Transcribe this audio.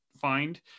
find